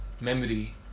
memory